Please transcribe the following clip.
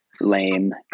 lame